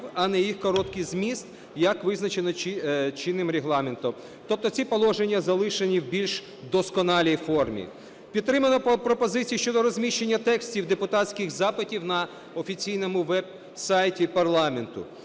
а не їх короткий зміст, як визначено чинним Регламентом. Тобто ці положення залишені в більш досконалій формі. Підтримано пропозиції щодо розміщення текстів депутатських запитів на офіційному веб-сайті парламенту.